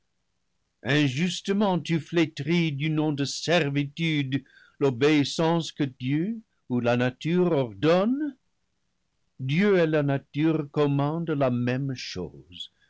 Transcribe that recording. injustement tu flétris du nom de servitude l'obéissance que dieu ou la nature ordonne dieu et la nature commandent la même chose